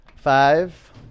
Five